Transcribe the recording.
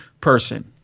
person